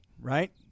Right